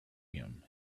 him